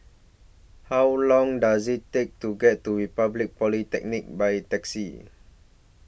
How Long Does IT Take to get to Republic Polytechnic By Taxi